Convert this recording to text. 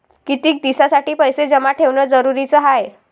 कितीक दिसासाठी पैसे जमा ठेवणं जरुरीच हाय?